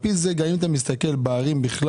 ועל פי זה גם אם אתה מסתכל בערים בכלל,